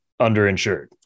underinsured